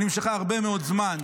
שנמשכה הרבה מאוד זמן,